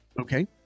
Okay